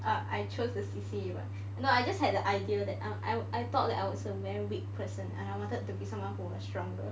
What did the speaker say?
I chose the C_C [what] I just had the idea that I I thought that I was a very weak person and I wanted to be someone who was stronger